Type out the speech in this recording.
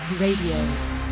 Radio